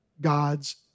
God's